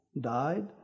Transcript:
died